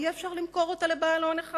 יהיה אפשר למכור אותה לבעל הון אחד.